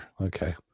Okay